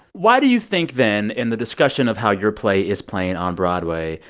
why do you think, then, in the discussion of how your play is playing on broadway,